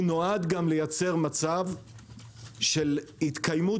הוא נועד גם לייצר מצב של התקיימות